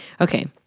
Okay